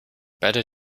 beide